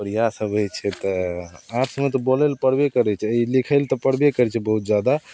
आओर इएहसब होइ छै तऽ आर्ट्समे तऽ बोलै ले पड़बे करै छै ई लिखै ले तऽ पड़बे करै छै बहुत जादा